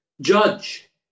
judge